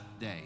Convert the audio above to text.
day